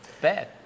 Bad